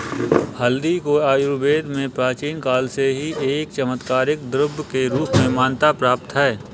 हल्दी को आयुर्वेद में प्राचीन काल से ही एक चमत्कारिक द्रव्य के रूप में मान्यता प्राप्त है